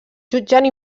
jutjant